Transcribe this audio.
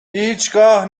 هیچگاه